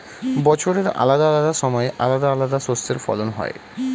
বছরের আলাদা আলাদা সময় আলাদা আলাদা শস্যের ফলন হয়